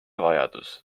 vajadus